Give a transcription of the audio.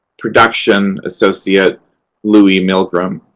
production associate louis milgrom.